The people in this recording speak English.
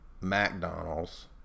McDonald's